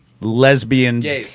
lesbian